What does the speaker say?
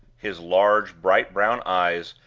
his large, bright brown eyes,